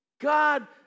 God